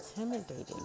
intimidated